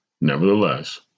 Nevertheless